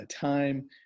time